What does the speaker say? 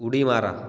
उडी मारा